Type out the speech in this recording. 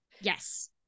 Yes